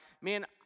man